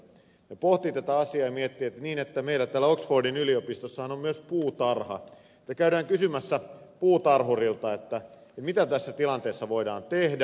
he pohtivat tätä asiaa ja miettivät että niin meillä täällä oxfordin yliopistossahan on myös puutarha käydään kysymässä puutarhurilta mitä tässä tilanteessa voidaan tehdä